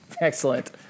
Excellent